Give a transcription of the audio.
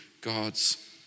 God's